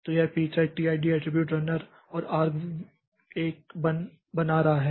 तो यह pthread tid attribute runner और argv 1 बना रहा है